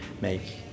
make